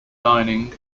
dining